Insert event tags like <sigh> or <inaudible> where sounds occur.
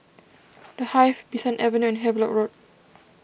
<noise> the Hive Bee San Avenue and Havelock Road